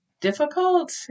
difficult